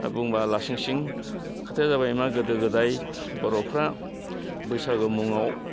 दा बुंबा लासिंसिं खोथाया जाबाय मा गोदो गोदाय बर'फ्रा बैसागो मुङाव